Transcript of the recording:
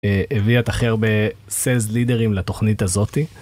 הביאה את הכי הרבה סיילס לידרים לתוכנית הזאתי.